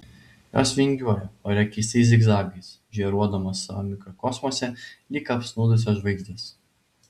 jos vingiuoja ore keistais zigzagais žėruodamos savo mikrokosmose lyg apsnūdusios žvaigždės